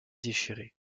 déchiré